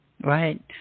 Right